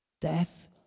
Death